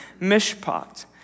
mishpat